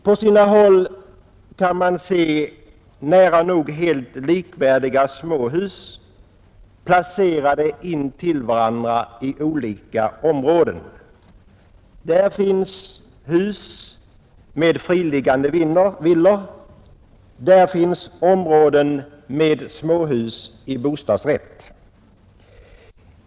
På sina håll kan man se nära nog helt likvärdiga småhus placerade intill varandra i olika områden. Där finns friliggande villor och småhus med bostadsrätt.